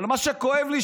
אבל מה שכואב לי,